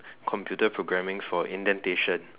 computer programming for indentation